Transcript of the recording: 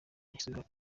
yashyizweho